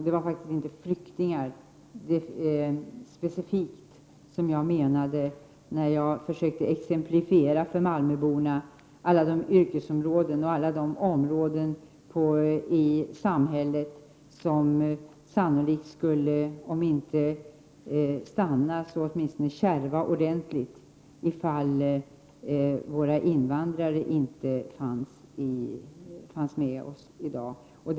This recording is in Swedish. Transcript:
Det var faktiskt inte specifikt flyktingar som jag syftade på när jag försökte ge några exempel för malmöborna från alla de yrkesoch samhällsområden där verksamheten sannolikt skulle om inte stanna så åtminstone kärva ordentligt, om vi inte längre hade tillgång till våra invandrare.